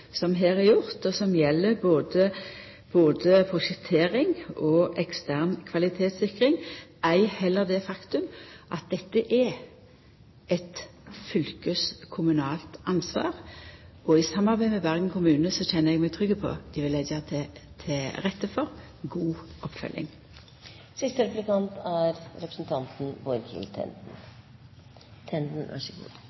som her er gjort, og som gjeld både prosjektering og ekstern kvalitetssikring, ei heller det faktum at dette er eit fylkeskommunalt ansvar, og i samarbeid med Bergen kommune kjenner eg meg trygg på at dei vil leggja til rette for god